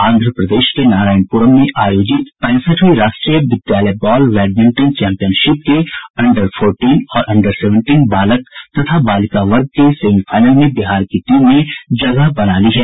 आंध्र प्रदेश के नारायणपुरम में आयोजित पैंसठवीं राष्ट्रीय विद्यालय बॉल बैडमिंटन चैम्पियनशिप के अंडर फोर्टीन और अंडर सेवेंटीन बालक तथा बालिका वर्ग के सेमीफाइनल में बिहार की टीम ने जगह बना ली है